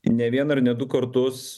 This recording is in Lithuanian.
ne vieną ir ne du kartus